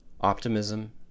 optimism